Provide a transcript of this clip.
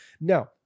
Now